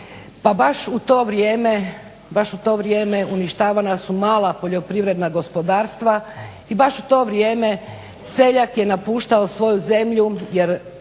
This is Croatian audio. pa baš u to vrijeme uništavana su mala poljoprivredna gospodarstva i baš u to vrijeme seljak je napuštao svoju zemlju